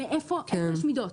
איפה יש מידות?